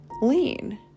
lean